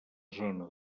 zona